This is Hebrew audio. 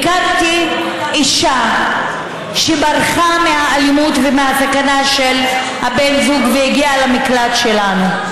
הכרתי אישה שברחה מהאלימות ומהסכנה של בן הזוג והגיעה למקלט שלנו,